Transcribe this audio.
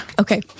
Okay